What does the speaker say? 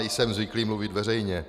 Nejsem zvyklý mluvit veřejně.